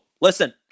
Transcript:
listen